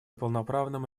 полноправным